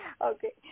Okay